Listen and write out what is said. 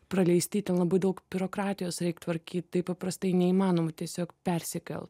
praleisti labai daug biurokratijos reik tvarkyt taip paprastai neįmanoma tiesiog persikelt